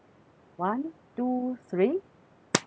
one two three